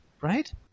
Right